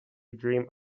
dream